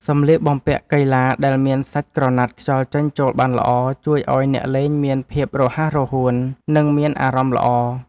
សម្លៀកបំពាក់កីឡាដែលមានសាច់ក្រណាត់ខ្យល់ចេញចូលបានល្អ ជួយឱ្យអ្នកលេងមានភាពរហ័សរហួន និងមានអារម្មណ៍ល្អ។